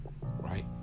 right